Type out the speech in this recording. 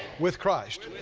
with christ.